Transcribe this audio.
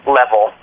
level